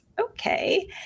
okay